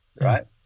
right